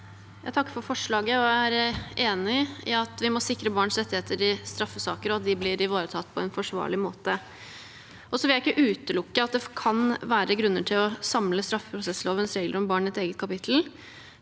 og er enig i at vi må sikre barns rettigheter i straffesaker, og at de blir ivaretatt på en forsvarlig måte. Jeg vil ikke utelukke at det kan være grunner til å samle straffeprosesslovens regler om barn i et eget kapittel.